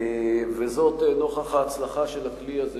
וזאת נוכח ההצלחה של הכלי הזה,